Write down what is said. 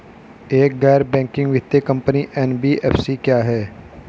एक गैर बैंकिंग वित्तीय कंपनी एन.बी.एफ.सी क्या है?